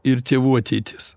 ir tėvų ateitis